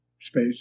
Space